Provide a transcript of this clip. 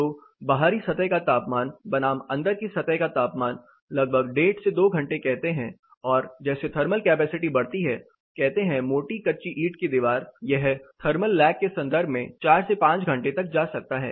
तो बाहरी सतह का तापमान बनाम अंदर की सतह का तापमान लगभग डेढ़ से दो घंटे कहते हैं और जैसे थर्मल कैपेसिटी बढ़ती है कहते हैं मोटी कच्ची ईंट की दीवार यह थर्मल लैग के संदर्भ में 4 से 5 घंटे तक जा सकता है